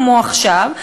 כמו עכשיו,